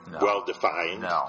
Well-defined